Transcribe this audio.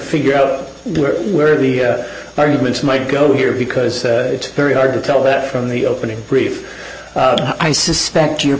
figure out where the arguments might go here because it's very hard to tell that from the opening brief i suspect you